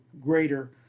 greater